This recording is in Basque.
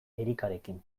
erikarekin